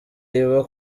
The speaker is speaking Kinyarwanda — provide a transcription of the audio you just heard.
iba